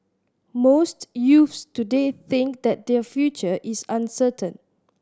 most youths today think that their future is uncertain